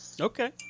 Okay